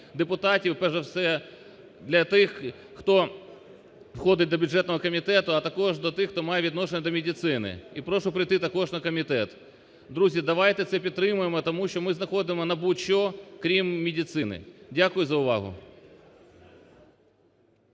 депутатів, перш за все для тих, хто входить до бюджетного комітету, а також до тих, хто має відношення до медицини, і прошу прийти також на комітет. Друзі, давайте це підтримаємо, тому що ми знаходимо на будь-що, крім медицини. Дякую за увагу.